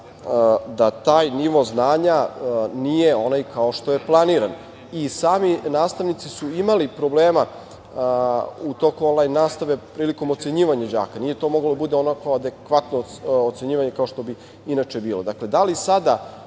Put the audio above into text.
da taj nivo znanja nije onaj kao što je planiran. Sami nastavnici su imali problema u toku onlajn nastave prilikom ocenjivanja đaka. Nije to moglo da bude onako adekvatno ocenjivanje kao što bi inače bilo. Dakle, da li se